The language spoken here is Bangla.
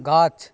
গাছ